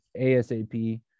ASAP